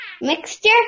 Mixture